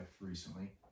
recently